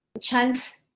chance